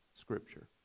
Scripture